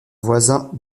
voisins